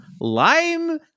Lime